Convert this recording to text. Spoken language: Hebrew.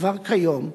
כבר כיום,